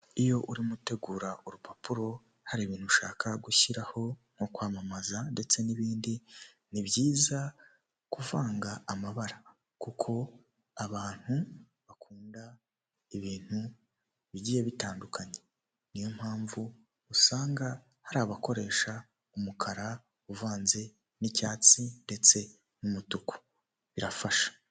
Abagore benshi n'abagabo benshi bicaye ku ntebe bari mu nama batumbiriye imbere yabo bafite amazi yo kunywa ndetse n'ibindi bintu byo kunywa imbere yabo hari amamashini ndetse hari n'indangururamajwi zibafasha kumvikana.